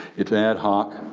it's ad hoc,